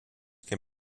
can